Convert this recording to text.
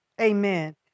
Amen